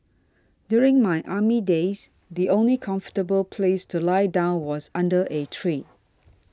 during my army days the only comfortable place to lie down was under a tree